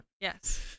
Yes